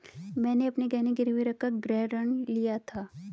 मैंने अपने गहने गिरवी रखकर गृह ऋण लिया था